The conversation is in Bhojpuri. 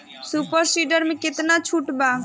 सुपर सीडर मै कितना छुट बा?